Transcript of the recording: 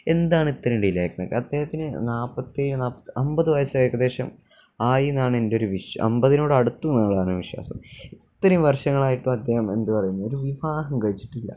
എന്താണ് ഇത്രയും ഡിലേ ആക്കുന്നത് അദ്ദേഹത്തിന് നാല്പത്തിയേഴ് അമ്പത് വയസ്സായി ഏകദേശം ആയി എന്നാണ് എന്റെയൊരു അമ്പതിനോട് അടുത്തു എന്നാണ് വിശ്വാസം ഇത്രയും വർഷങ്ങളായിട്ടും അദ്ദേഹം എന്തു പറയുന്നു ഒരു വിവാഹം കഴിച്ചിട്ടില്ല